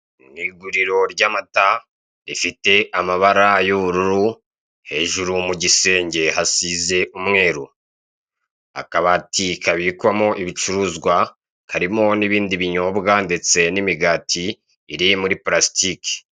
Ni iguriro ry'amata rifite amabara y'ubururu hejuru mu gisenge hasize umweru. Akabati kabikwamo ibicuruzwa harimo n'ibindi binyobwa ndetse n'imigati iri muri purasitike.